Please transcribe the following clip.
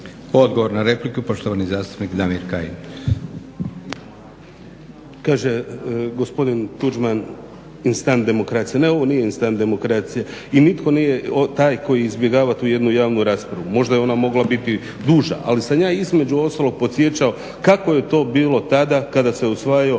Odgovor na repliku poštovani zastupnik Damir Kajin. **Kajin, Damir (Nezavisni)** Kaže gospodin Tuđman, instant demokracija, ne ovo nije instant demokracija i nitko nije taj koji izbjegava tu jednu javnu raspravu. Možda je onda mogla biti duža ali sam ja između ostalog podsjećao kako je to bilo tada kada se usvajaju